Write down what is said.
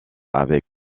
avec